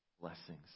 Blessings